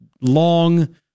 long